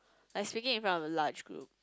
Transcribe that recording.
like speaking in front of the large group